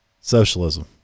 socialism